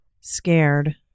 scared